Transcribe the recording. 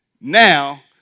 now